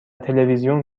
تلویزیون